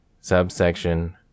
Subsection